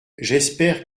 j’espère